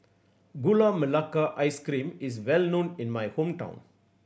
Gula Melaka Ice Cream is well known in my hometown